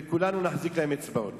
וכולנו נחזיק להם אצבעות.